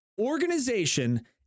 organization